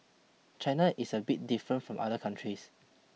China is a bit different from other countries